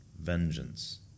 vengeance